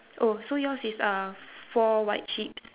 oh so yours is uh four white sheeps